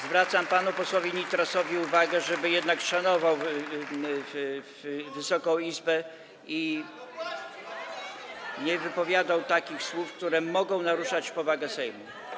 Zwracam panu posłowi Nitrasowi uwagę, żeby jednak szanował Wysoką Izbę i nie wypowiadał takich słów, które mogą naruszać powagę Sejmu.